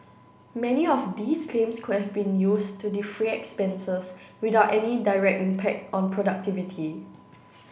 many of these claims could have been used to defray expenses without any direct impact on productivity